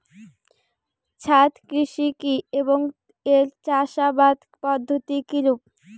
ছাদ কৃষি কী এবং এর চাষাবাদ পদ্ধতি কিরূপ?